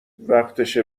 وقتشه